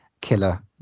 killer